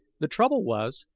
the trouble was,